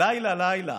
לילה-לילה,